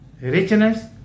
richness